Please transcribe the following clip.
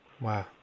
wow